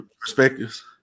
Perspectives